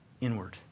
inward